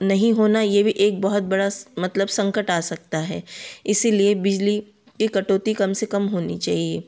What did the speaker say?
नहीं होना ये भी एक बहुत बड़ा मतलब संकट आ सकता है इसीलिए बिजली की कटौती कम से कम होनी चाहिए